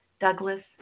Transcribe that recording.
Douglas